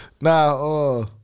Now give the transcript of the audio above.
nah